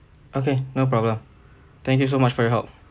okay no problem thank you so much for your help